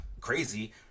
crazy